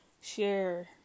share